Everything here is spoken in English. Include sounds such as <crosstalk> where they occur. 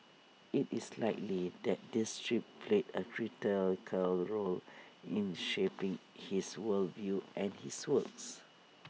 IT is likely that this trip played A <unintelligible> role in shaping his world view and his works